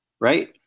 right